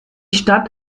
stadt